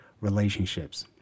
relationships